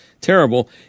terrible